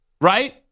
right